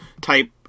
type